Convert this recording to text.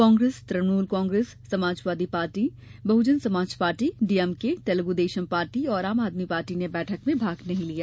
Congress Trinamool Congress Samajwadi party Bahujan Samaj party DMK Telugu Desam party और Aam Aadmi party ने बैठक में भाग नहीं लिया